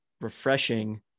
refreshing